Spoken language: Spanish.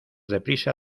deprisa